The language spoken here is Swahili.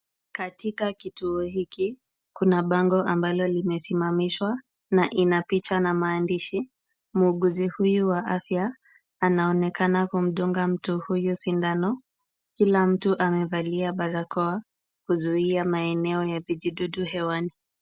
Katika kituo hiki kuna bango ambalo limesimamishwa na ina picha na maandishi. Muuguzi huyu wa afya anaonekana kumdunga mtu huyu sindano. Kila mtu amevalia barakoa kuzuia maeneo ya vijidudu hewani.